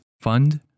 fund